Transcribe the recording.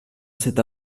cet